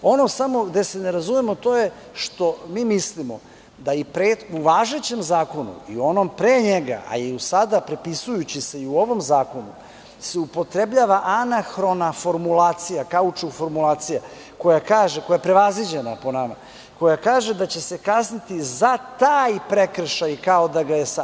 Ono samo gde se ne razumemo to je što mi mislimo da u važećem zakonu i onom pre njega, a i sada prepisujući se, u ovom zakonu se upotrebljava anahrona formulacija kaučuk formulacija, koja kaže, koja je prevaziđena po nama, koja kaže – da će se kazniti za taj prekršaj kao da ga je sada.